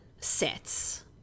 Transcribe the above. sets